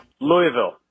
Louisville